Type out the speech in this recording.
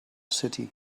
city